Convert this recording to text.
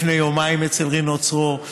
לפני יומיים אצל רינו צרור,